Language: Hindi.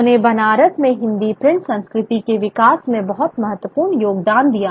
उन्होंने बनारस में हिंदी प्रिंट संस्कृति के विकास में बहुत महत्वपूर्ण योगदान दिया